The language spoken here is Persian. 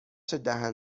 دهن